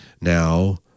now